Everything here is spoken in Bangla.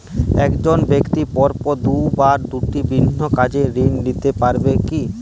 এক জন ব্যক্তি পরপর দুবার দুটি ভিন্ন কারণে ঋণ নিতে পারে কী?